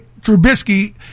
Trubisky